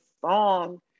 song